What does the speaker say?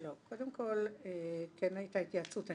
קודם כל כן הייתה התייעצות,